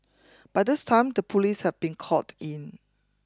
by this time the police have been called in